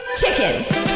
chicken